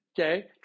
Okay